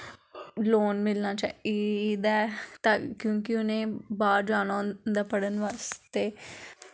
loan मिलना चाहिदा ऐ क्योंकि उ'नें गी बाह्र जाना होंदा ऐ पढ़न बास्तै